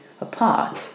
apart